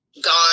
gone